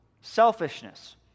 selfishness